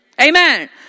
Amen